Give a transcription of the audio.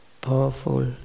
powerful